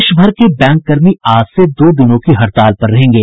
देशभर के बैंक कर्मी आज से दो दिनों की हड़ताल पर रहेंगे